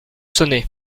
sonner